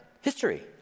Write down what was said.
History